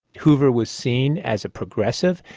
hoover was seen as a progressive.